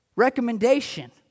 recommendation